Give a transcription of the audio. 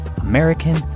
American